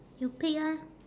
you pick ah